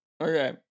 Okay